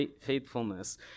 faithfulness